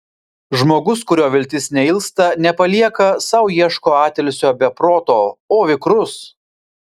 žmogus kurio viltis neilsta nepalieka sau ieško atilsio be proto o vikrus